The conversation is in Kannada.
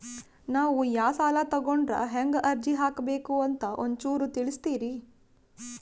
ನಾವು ಯಾ ಸಾಲ ತೊಗೊಂಡ್ರ ಹೆಂಗ ಅರ್ಜಿ ಹಾಕಬೇಕು ಅಂತ ಒಂಚೂರು ತಿಳಿಸ್ತೀರಿ?